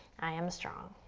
i am strong.